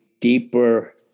deeper